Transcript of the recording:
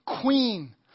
queen